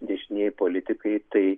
dešinieji politikai tai